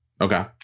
Okay